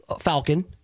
Falcon